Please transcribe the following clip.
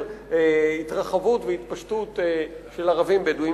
התרחבות והתפשטות של ערבים-בדואים.